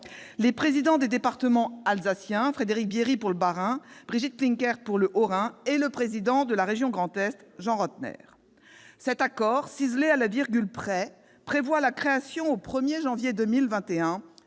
les présidents des départements alsaciens- Frédéric Bierry pour le Bas-Rhin et Brigitte Klinkert pour le Haut-Rhin -et le président de la région Grand Est, Jean Rottner. Cet accord, ciselé à la virgule près, prévoit la création, au 1janvier 2021,